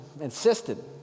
insisted